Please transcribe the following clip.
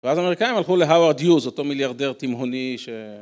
ואז האמריקאים הלכו להאווארד יוז, אותו מיליארדר תימהוני ש...